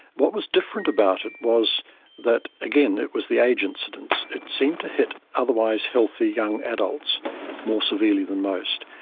what was different about it was that, again, it was the age incidence. it seems to hit otherwise healthy young adults more severely than most.